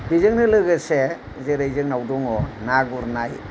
बिजोंनो लोगोसे जेरै जोंनाव दङ ना गुरनाय